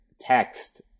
text